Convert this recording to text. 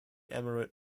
emirate